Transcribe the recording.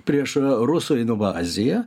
prieš rusų invaziją